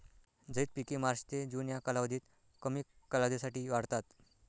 झैद पिके मार्च ते जून या कालावधीत कमी कालावधीसाठी वाढतात